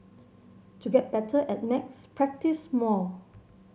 to get better at maths practise more